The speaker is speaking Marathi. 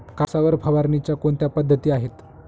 कापसावर फवारणीच्या कोणत्या पद्धती आहेत?